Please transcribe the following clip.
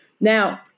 Now